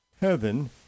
Heaven